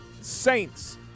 Saints